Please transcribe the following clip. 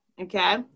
okay